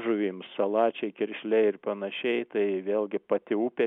žuvims salačiai kiršliai ir panašiai tai vėlgi pati upė